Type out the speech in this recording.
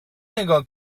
نگاه